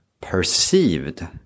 perceived